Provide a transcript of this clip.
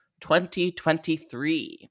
2023